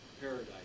paradise